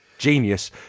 Genius